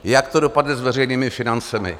Jak to dopadne s veřejnými financemi?